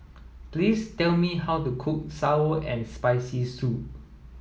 please tell me how to cook sour and spicy soup